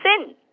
sin